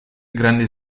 grande